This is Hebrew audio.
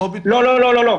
לא, לא.